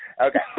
okay